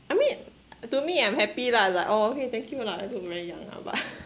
I mean to me I'm happy lah like oh okay thank you lah I look very young lah but